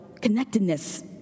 connectedness